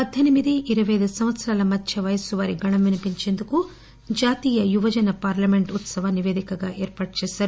పద్దెనిమిది ఇరపై అయిదు సంవత్సరాల మధ్య వయస్సు వారి గళం వినిపించేందుకు జాతీయ యువజన పార్ణమెంట్ ఉత్పవాన్ని పేదికగా ఏర్పాటు చేశారు